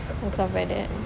and stuff like that